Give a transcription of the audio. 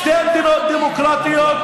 שתי מדינות דמוקרטיות,